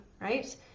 right